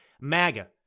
MAGA